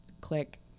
click